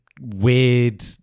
weird